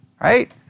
Right